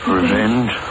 Revenge